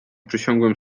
przysiągłem